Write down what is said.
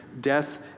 Death